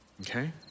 okay